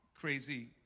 crazy